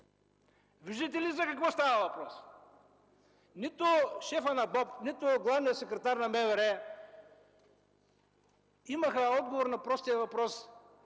Виждате ли за какво става въпрос?! Нито шефът на БОП, нито главният секретар на МВР имаха отговор на простия въпрос: